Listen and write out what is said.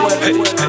Hey